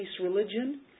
religion